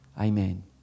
Amen